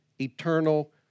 eternal